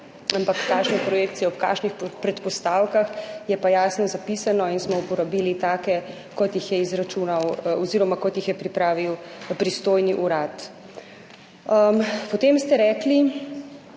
Ampak kakšne projekcije, ob kakšnih predpostavkah je pa jasno zapisano in smo uporabili take, kot jih je izračunal oziroma kot jih je pripravil pristojni urad. Potem ste rekli,